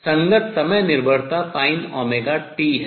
और संगत समय निर्भरता sinnt है